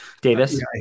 Davis